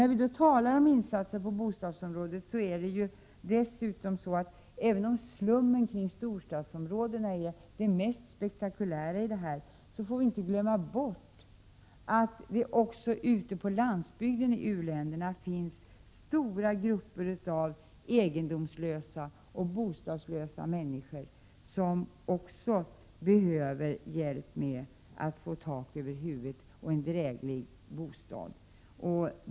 När vi då talar om insatser på bostadsområdet, finns det anledning att påpeka att även om slummen kring storstadsområdena är det mest spektakulära problemet, får vi inte glömma bort att det ute på landsbygden i u-länderna finns stora grupper av egendomslösa och bostadslösa människor som också behöver hjälp med att få tak över huvudet och en dräglig bostad.